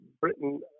Britain